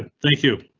thank you.